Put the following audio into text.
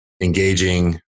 engaging